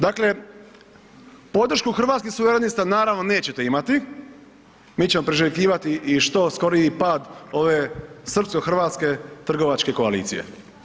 Dakle, podršku Hrvatskih suverenista naravno nećete imati, mi ćemo priželjkivati i što skoriji pad ove srpsko-hrvatske trgovačke koalicije.